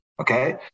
okay